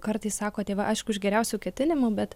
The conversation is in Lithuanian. kartais sako tėvai aišku iš geriausių ketinimų bet